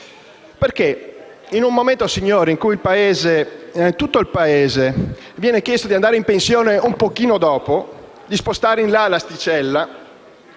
perché in un momento in cui a tutto il Paese viene chiesto di andare in pensione un po' dopo, di spostare in là l'asticella,